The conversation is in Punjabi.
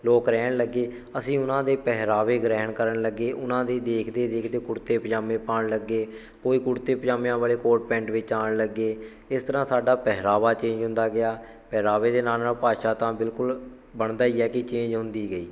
ਲੋਕ ਰਹਿਣ ਲੱਗੇ ਅਸੀਂ ਉਹਨਾਂ ਦੇ ਪਹਿਰਾਵੇ ਗ੍ਰਹਿਣ ਕਰਨ ਲੱਗੇ ਉਹਨਾਂ ਦੀ ਦੇਖਦੇ ਦੇਖਦੇ ਕੁੜਤੇ ਪਜਾਮੇ ਪਾਉਣ ਲੱਗੇ ਕੋਈ ਕੁੜਤੇ ਪਜਾਮਿਆਂ ਵਾਲੇ ਕੋਟ ਪੈਂਟ ਵਿੱਚ ਆਉਣ ਲੱਗੇ ਇਸ ਤਰ੍ਹਾਂ ਸਾਡਾ ਪਹਿਰਾਵਾ ਚੇਂਜ ਹੁੰਦਾ ਗਿਆ ਪਹਿਰਾਵੇ ਦੇ ਨਾਲ ਨਾਲ ਭਾਸ਼ਾ ਤਾਂ ਬਿਲਕੁਲ ਬਣਦਾ ਹੀ ਹੈ ਕਿ ਚੇਂਜ ਹੁੰਦੀ ਗਈ